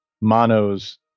Mono's